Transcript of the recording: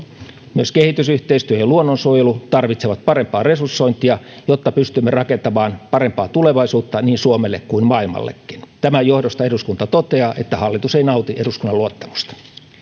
myös kehitysyhteistyö ja luonnonsuojelu tarvitsevat parempaa resursointia jotta pystymme rakentamaan parempaa tulevaisuutta niin suomelle kuin maailmallekin tämän johdosta eduskunta toteaa että hallitus ei nauti eduskunnan luottamusta